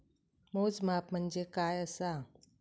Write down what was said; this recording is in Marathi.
मोजमाप म्हणजे काय असा?